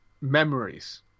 memories